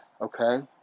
okay